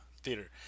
theater